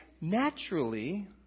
naturally